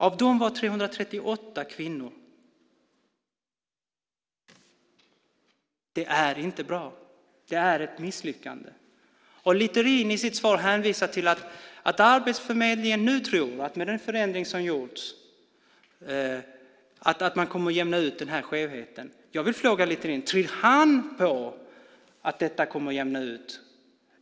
Av dem var 338 kvinnor. Det är inte bra. Det är ett misslyckande. Littorin hänvisar i sitt svar till att Arbetsförmedlingen nu tror att med den förändring som har gjorts kommer man att jämna ut den här skevheten. Jag vill fråga Littorin om han tror på att detta kommer att jämna ut.